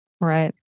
Right